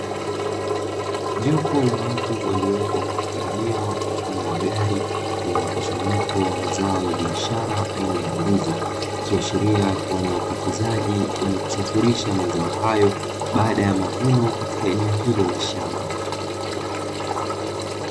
Jopo la watu waliopo katika eneo mfano wa gari, lenye mkusanyiko wa mazao ya biashara aina ya ndizi, ikiashiria kuwa ni wapakizaji wenye kusafirisha mazao hayo, baada ya mavuno katika eneo hilo la shamba.